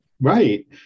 right